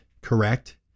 correct